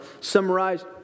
summarized